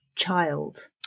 child